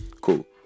cool